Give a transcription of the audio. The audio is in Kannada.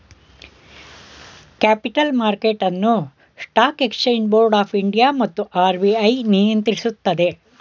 ಕ್ಯಾಪಿಟಲ್ ಮಾರ್ಕೆಟ್ ಅನ್ನು stock exchange board of India ಮತ್ತು ಆರ್.ಬಿ.ಐ ನಿಯಂತ್ರಿಸುತ್ತದೆ